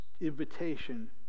invitation